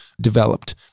developed